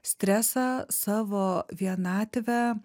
stresą savo vienatvę